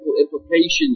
implications